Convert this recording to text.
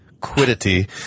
quiddity